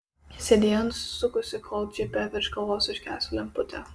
sėdėjo nusisukusi kol džipe virš galvos užgeso lemputė